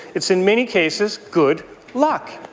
it's in many cases good luck.